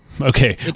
Okay